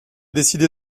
décidé